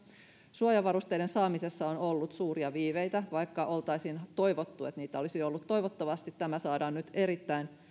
suojavarusteiden saamisessa on ollut suuria viiveitä vaikka oltaisiin toivottu että niitä olisi ollut toivottavasti tämä saadaan nyt erittäin